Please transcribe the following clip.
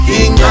King